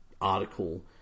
article